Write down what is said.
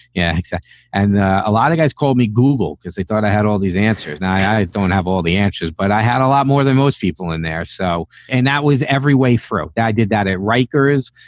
yeah yeah and a lot of guys called me google because they thought i had all these answers. and i i don't have all the answers, but i had a lot more than most people in there. so. and that was every way for it that i did that at rikers.